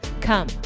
Come